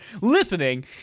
listening